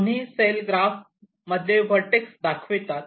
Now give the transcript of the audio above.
दोन्ही cell graph मध्ये vertex दाखवितात